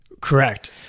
Correct